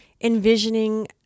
envisioning